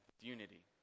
unity